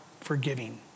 forgiving